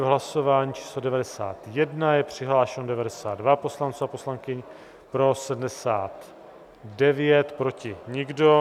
V hlasování číslo 91 je přihlášeno 92 poslanců a poslankyň, pro 79, proti nikdo.